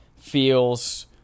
Feels